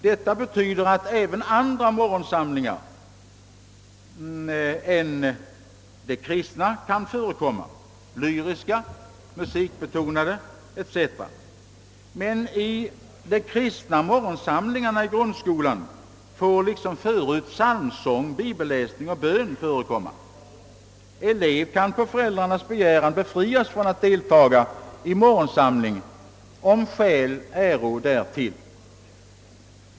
Detta betyder att även andra morgonsamlingar än kristna kan förekomma: lyriska, musikbetonade etc. Men i de kristna morgonsamlingarna i grundskolan får — liksom förut — psalmsång, bibelläsning och bön förekomma. Elev kan på föräldrarnas begäran »befrias från att deltaga i morgonsamling, om skäl äro därtill».